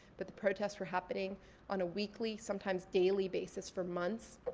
but the protests were happening on a weekly sometimes daily basis for months.